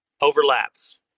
overlaps